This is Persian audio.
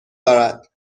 دارد